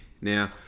now